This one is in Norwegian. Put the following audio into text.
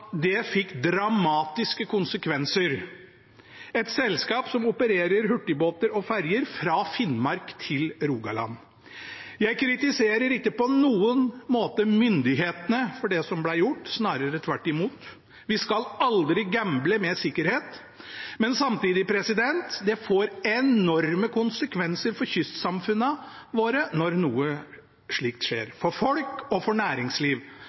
det fikk dramatiske konsekvenser – et selskap som opererer hurtigbåter og ferjer fra Finnmark til Rogaland. Jeg kritiserer ikke på noen måte myndighetene for det som ble gjort, snarere tvert imot – vi skal aldri gamble med sikkerhet. Men samtidig får det enorme konsekvenser for kystsamfunnene våre når noe slikt skjer, for folk og for næringsliv.